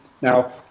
Now